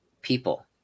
people